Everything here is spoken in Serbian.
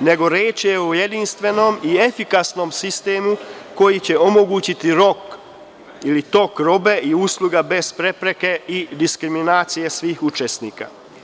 nego je reč o jedinstvenom i efikasnom sistemu koji će omogućiti rok ili tok robe i usluga bez prepreke i diskriminacije svih učesnika.